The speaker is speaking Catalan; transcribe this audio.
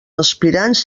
aspirants